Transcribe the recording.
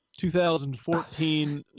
2014